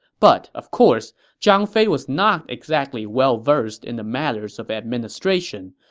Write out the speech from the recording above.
but of course, zhang fei was not exactly well-versed in the matters of administration,